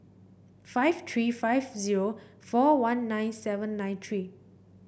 five three five zero four one nine seven nine three